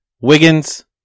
Wiggins